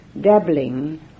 Dabbling